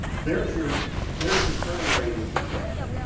there's your there's your turning radius example.